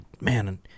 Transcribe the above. man